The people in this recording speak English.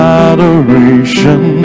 adoration